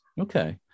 Okay